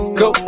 go